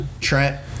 Trent